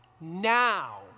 now